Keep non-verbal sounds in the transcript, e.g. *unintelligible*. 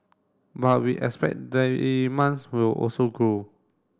but we expect *unintelligible* will also grow